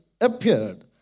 appeared